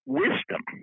wisdom